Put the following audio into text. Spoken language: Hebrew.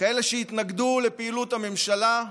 כאלה שהתנגדו לפעילות הממשלה,